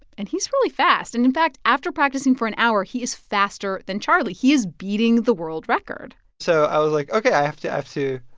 and he's really fast. and in fact, after practicing for an hour, he is faster than charlie. he is beating the world record so i was like, ok, i have to like,